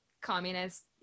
communist